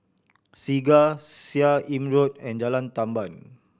Segar Seah Im Road and Jalan Tamban